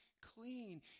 clean